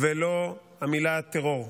ולא המילה "טרור",